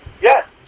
Yes